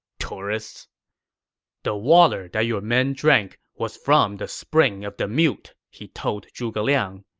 tourists the water that your men drank was from the spring of the mute, he told zhuge liang.